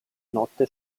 notte